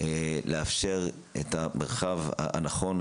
ולאפשר את המרחב הנכון.